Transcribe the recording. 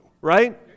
right